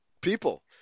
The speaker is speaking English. people